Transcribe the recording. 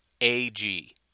A-G